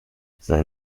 sein